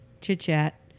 chit-chat